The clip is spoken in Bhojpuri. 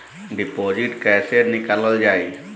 डिपोजिट कैसे निकालल जाइ?